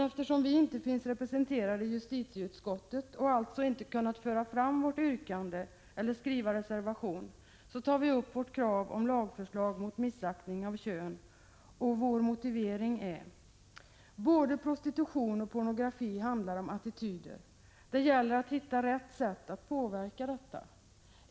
Eftersom vpk inte finns representerat i justitieutskottet och alltså inte har kunnat föra fram våra yrkanden eller skriva reservation, tar vi upp vårt krav om lagförslag mot ”missaktning av kön” med följande motivering: Både prostitution och pornografi handlar om attityder. Det gäller att hitta rätt sätt att påverka dessa.